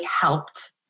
helped